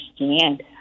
understand